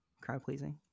crowd-pleasing